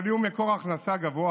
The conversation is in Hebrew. אבל תהיה מקור הכנסה גבוה